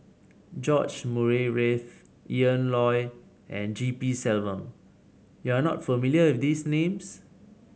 George Murray Reith Ian Loy and G P Selvam you are not familiar with these names